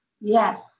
yes